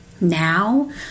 now